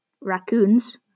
raccoons